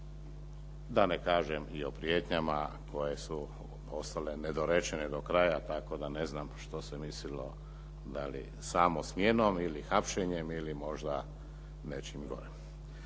da ne kažem i o prijetnjama koje su ostale nedorečene do kraja, tako da ne znam što se mislilo da li samo smjenom ili hapšenjem ili možda nečim gorim.